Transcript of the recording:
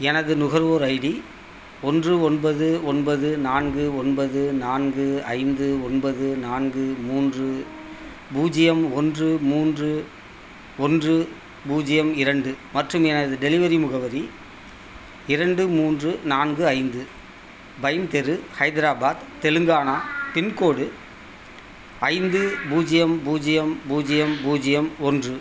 எனது நுகர்வோர் ஐடி ஒன்று ஒன்பது ஒன்பது நான்கு ஒன்பது நான்கு ஐந்து ஒன்பது நான்கு மூன்று பூஜ்ஜியம் ஒன்று மூன்று ஒன்று பூஜ்ஜியம் இரண்டு மற்றும் எனது டெலிவரி முகவரி இரண்டு மூன்று நான்கு ஐந்து பைன் தெரு ஹைதராபாத் தெலுங்கானா பின்கோடு ஐந்து பூஜ்ஜியம் பூஜ்ஜியம் பூஜ்ஜியம் பூஜ்ஜியம் ஒன்று